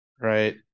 Right